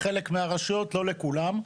לחלק מהרשויות לא לכולן,